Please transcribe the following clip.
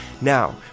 Now